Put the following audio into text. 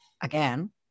again